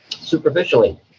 superficially